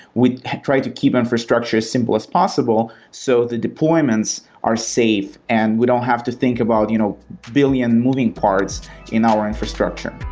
we try to keep infrastructure infrastructure as simple as possible so the deployments are safe and we don't have to think about you know billion moving parts in our infrastructure.